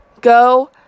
go